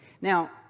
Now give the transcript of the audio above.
Now